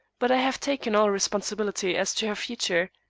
but i have taken all responsibility as to her future.